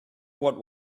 what